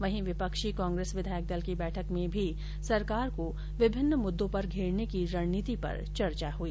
वहीं विपक्षी कांग्रेस विधायक दल की बैठक में भी सरकार को विभिन्न मुददों पर घेरने की रणनीति पर चर्चा हुई